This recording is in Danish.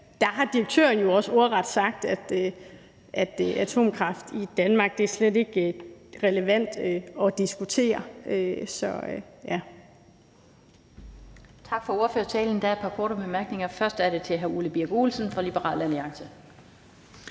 den her debat, ordret har sagt, at atomkraft i Danmark slet ikke er relevant at diskutere.